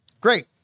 Great